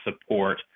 support